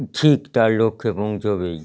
ঠিক তার লক্ষ্যে পৌঁছবেই